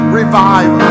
revive